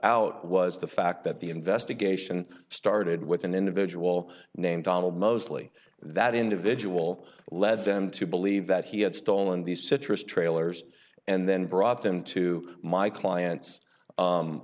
out was the fact that the investigation started with an individual named donald mosley that individual led them to believe that he had stolen these citrus trailers and then brought them to my client's